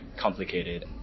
complicated